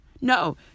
No